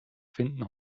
finden